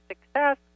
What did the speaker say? Success